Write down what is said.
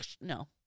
No